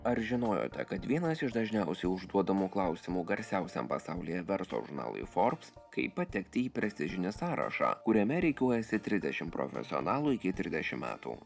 ar žinojote kad vienas iš dažniausiai užduodamų klausimų garsiausiam pasaulyje verslo žurnalui forbes kaip patekti į prestižinį sąrašą kuriame rikiuojasi trisdešim profesionalų iki trisdešim metų